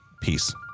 Peace